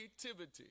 creativity